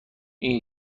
این